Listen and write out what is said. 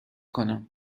کنم